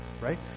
right